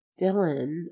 Dylan